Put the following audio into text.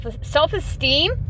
self-esteem